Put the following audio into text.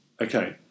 Okay